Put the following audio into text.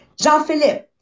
Jean-Philippe